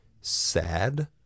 sad